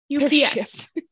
UPS